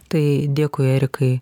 tai dėkui erikai